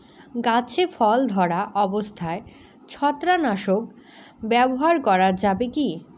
গাছে ফল ধরা অবস্থায় ছত্রাকনাশক ব্যবহার করা যাবে কী?